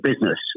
business